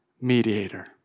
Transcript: mediator